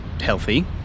healthy